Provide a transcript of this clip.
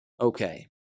Okay